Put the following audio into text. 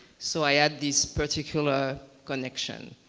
so i had this particular connection.